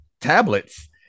tablets